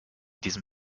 diesem